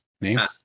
Names